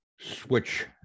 switch